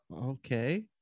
okay